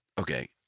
okay